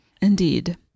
Indeed